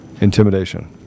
Intimidation